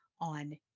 on